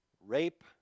rape